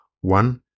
One